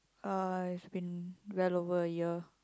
uh it's been well over a year